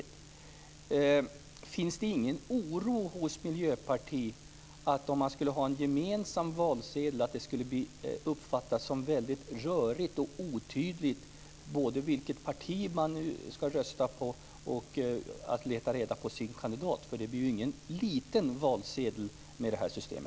Finns det ingen oro hos Miljöpartiet för att det skulle uppfattas som väldigt rörigt och otydligt både när det gäller vilket parti man ska rösta på och när det gäller att leta reda på sin kandidat om man hade en gemensam valsedel? Det blir ju ingen liten valsedel med detta system.